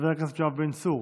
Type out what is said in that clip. חבר הכנסת יואב בן צור,